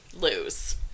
lose